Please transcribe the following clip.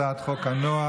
הצעת חוק הנוער.